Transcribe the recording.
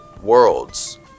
worlds